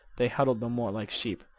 they huddled no more like sheep.